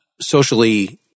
socially